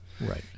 Right